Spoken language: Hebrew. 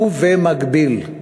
ובמקביל,